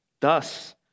Thus